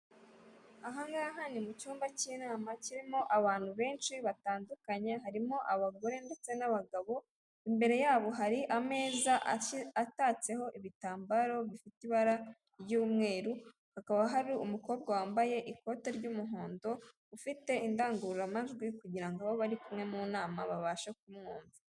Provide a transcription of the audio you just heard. Aha ngaha ni mu cyumba cy'inama kirimo abantu benshi batandukanye, harimo abagore ndetse n'abagabo, imbere yabo hari ameza atatseho ibitambaro bifite ibara ry'umweru, hakaba hari umukobwa wambaye ikote ry'umuhondo, ufite indangururamajwi kugira abo bari kumwe mu nama babashe kumwumva.